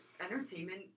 entertainment